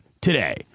today